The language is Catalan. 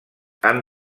han